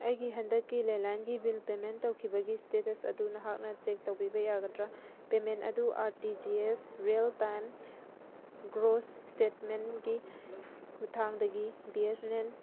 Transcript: ꯑꯩꯒꯤ ꯍꯟꯗꯛꯀꯤ ꯂꯦꯟꯂꯥꯏꯟꯒꯤ ꯕꯤꯜ ꯄꯦꯃꯦꯟ ꯇꯧꯈꯤꯕꯒꯤ ꯏꯁꯇꯦꯇꯁ ꯑꯗꯨ ꯅꯍꯥꯛꯅ ꯆꯦꯛ ꯇꯧꯕꯤꯕ ꯌꯥꯒꯗ꯭ꯔꯥ ꯄꯦꯃꯦꯟ ꯑꯗꯨ R T G S real time gross ꯏꯁꯇꯦꯠꯃꯦꯟꯒꯤ ꯈꯨꯊꯥꯡꯗꯒꯤ ꯕꯤ ꯑꯦꯁ ꯑꯦꯟ ꯑꯦꯜ